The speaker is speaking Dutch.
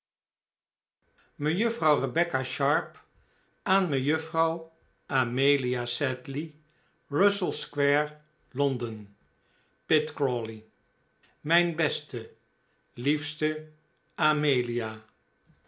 mejuffrouw rebecca sharp aan me juffrouw amelia ssedley r ussell square londen pitt crawley mijn beste liefste amelia